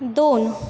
दोन